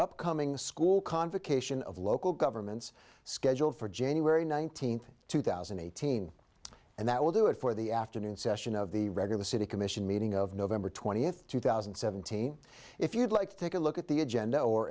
upcoming school convocation of local governments scheduled for january nineteenth two thousand and eighteen and that will do it for the afternoon session of the regular city commission meeting of november twentieth two thousand and seventeen if you'd like to take a look at the agenda or